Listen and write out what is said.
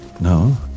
No